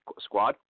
squad